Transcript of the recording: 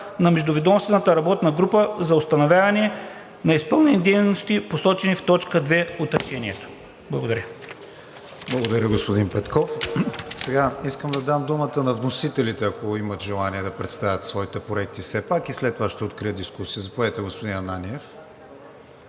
на междуведомствената работна група за установяване на изпълнените дейности, посочени в т. 2 от решението.“ Благодаря. ПРЕДСЕДАТЕЛ КРИСТИАН ВИГЕНИН: Благодаря, господин Петков. Искам да дам думата на вносителите, ако имат желание да представят своите проекти все пак, и след това ще открия дискусия. Заповядайте, господин Ананиев.